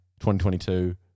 2022